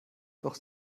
doch